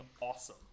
awesome